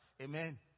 Amen